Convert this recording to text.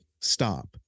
stop